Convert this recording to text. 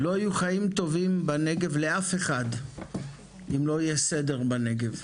לא יהיו חיים טובים בנגב לאף אחד אם לא יהיה סדר בנגב.